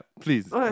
Please